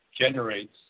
generates